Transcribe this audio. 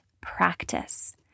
practice